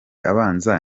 abanza